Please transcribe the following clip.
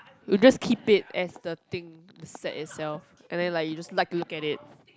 we'll just keep it as the thing the set itself and then like you just like to look at it